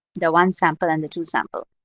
the one sample and the two sample.